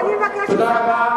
אז אני מבקשת, תודה רבה.